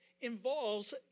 involves